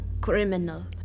Criminal